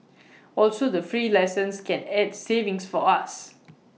also the free lessons can add savings for us